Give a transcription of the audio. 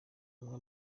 amwe